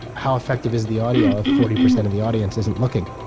how effective is the audio, if forty percent of the audience isn't looking?